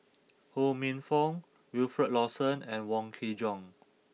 Ho Minfong Wilfed Lawson and Wong Kin Jong